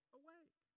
awake